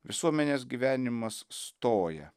visuomenės gyvenimas stoja